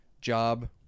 job